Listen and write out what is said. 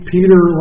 Peter